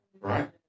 Right